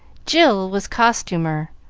jill was costumer,